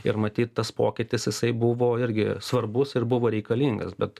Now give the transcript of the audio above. ir matyt tas pokytis jisai buvo irgi svarbus ir buvo reikalingas bet